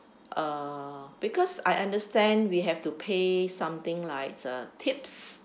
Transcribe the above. uh because I understand we have to pay something like uh tips